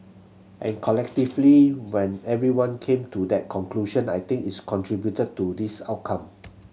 and collectively when everyone came to that conclusion I think its contributed to this outcome